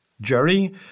Jerry